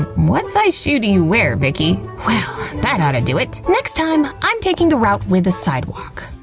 what size shoe do you wear, vicky? well, that oughta do it. next time, i'm taking the route with the sidewalk.